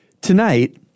Tonight